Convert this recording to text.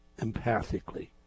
empathically